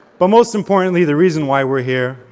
but most importantly, the reason why we are here,